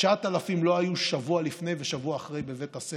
9,000 לא היו שבוע לפני ושבוע אחרי בבית הספר,